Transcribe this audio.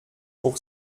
pour